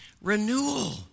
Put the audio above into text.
renewal